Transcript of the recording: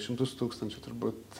šimtus tūkstančių turbūt